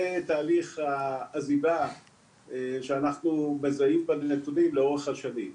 זה תהליך העזיבה שאנחנו מזהים בנתונים לאורך השנים.